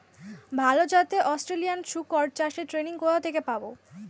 ভালো জাতে অস্ট্রেলিয়ান শুকর চাষের ট্রেনিং কোথা থেকে পাব?